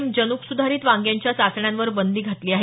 जनुक सुधारित वांग्यांच्या चाचण्यांवर बंदी घातली आहे